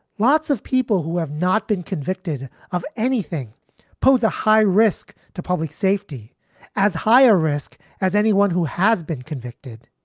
lots of people who have not been convicted of anything pose a high risk to public safety as high risk as anyone who has been convicted.